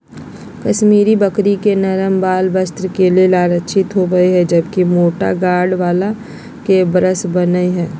कश्मीरी बकरी के नरम वाल वस्त्र के लेल आरक्षित होव हई, जबकि मोटा गार्ड वाल के ब्रश बन हय